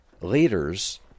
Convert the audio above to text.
leaders